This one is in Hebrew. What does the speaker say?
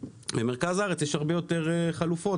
במרכז הארץ יש הרבה יותר חלופות.